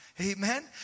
Amen